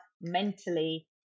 mentally